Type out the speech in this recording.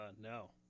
no